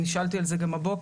נשאלתי על זה גם הבוקר,